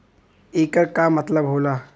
येकर का मतलब होला?